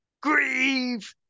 grieve